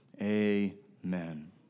Amen